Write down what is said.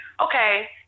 okay